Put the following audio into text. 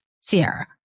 Sierra